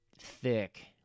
thick